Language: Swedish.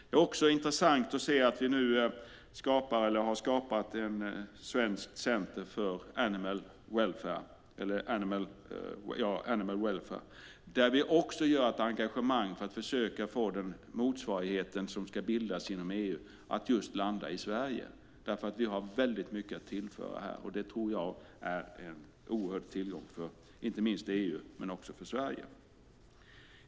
Det är också intressant att se att vi nu har skapat ett nationellt centrum för djurvälfärd, eller animal welfare, där vi också har ett engagemang för att försöka få den motsvarighet som ska bildas inom EU att landa just i Sverige. Vi har nämligen väldigt mycket att tillföra här, och det tror jag är en oerhörd tillgång både för Sverige och inte minst för EU.